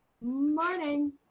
Morning